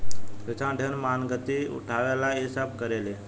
किसान ढेर मानगती उठावे ला इ सब करेले